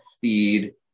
feed